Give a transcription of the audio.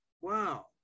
Wow